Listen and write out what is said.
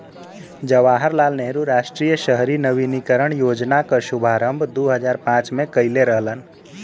जवाहर लाल नेहरू राष्ट्रीय शहरी नवीनीकरण योजना क शुभारंभ दू हजार पांच में कइले रहलन